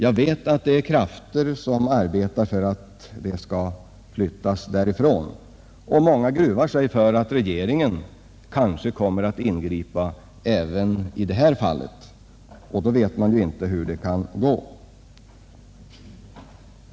Jag vet att det finns krafter som arbetar för att det inte skall förläggas dit; många gruvar sig för att regeringen kanske kommer att ingripa även i det fallet, och då vet man inte hur det går.